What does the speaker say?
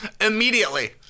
immediately